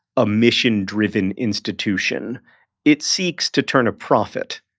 a mission-driven institution it seeks to turn a profit.